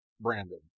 Brandon